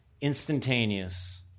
instantaneous